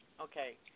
Okay